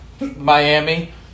Miami